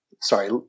Sorry